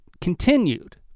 continued